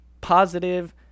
positive